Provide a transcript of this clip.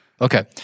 Okay